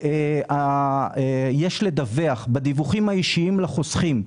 יש לדווח בדיווחים האישיים לחוסכים,